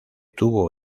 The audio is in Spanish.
tuvo